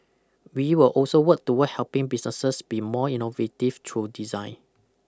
we will also work towards helping businesses be more innovative through design